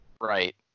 Right